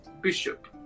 Bishop